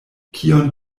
kion